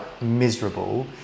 miserable